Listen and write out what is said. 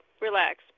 relax